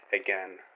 again